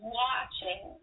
watching